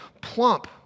plump